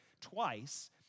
twice